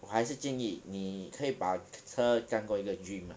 我还是建议你可以把车当作一个 dream ah